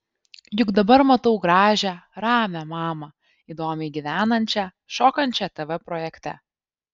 juk dabar matau gražią ramią mamą įdomiai gyvenančią šokančią tv projekte